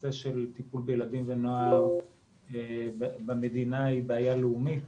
הנושא של טיפול בילדים ונוער במדינה הוא בעיה לאומית